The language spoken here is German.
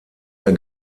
der